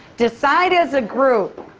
decide as a group,